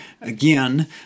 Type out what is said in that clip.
again